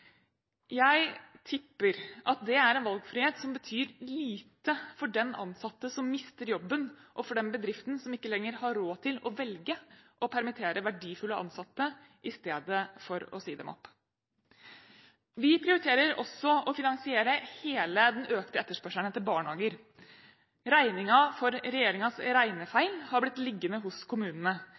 Jeg tipper at det er en valgfrihet som betyr lite for den ansatte som mister jobben, og for den bedriften som ikke lenger har råd til å velge å permittere verdifulle ansatte i stedet for å si dem opp. Vi prioriterer også å finansiere hele den økte etterspørselen etter barnehager. Regningen for regjeringens regnefeil har blitt liggende hos kommunene.